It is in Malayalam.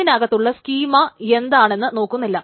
അതിനകത്തുള്ള സ്കീമാ എന്താണെന്ന് നോക്കുന്നില്ല